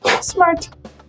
smart